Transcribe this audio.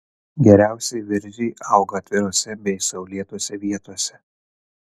geriausiai viržiai auga atvirose bei saulėtose vietose